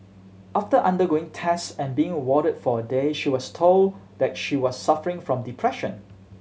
after undergoing test and being warded for a day she was told that she was suffering from depression